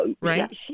Right